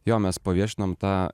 jo mes paviešinom tą